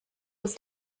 was